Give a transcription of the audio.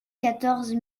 quatorze